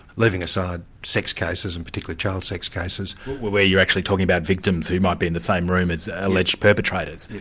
leaving aside sex cases, and particularly child sex cases. where you're actually talking about victims who might be in the same room as the alleged perpetrators?